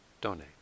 donate